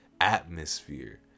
atmosphere